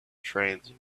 trains